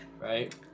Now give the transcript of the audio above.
Right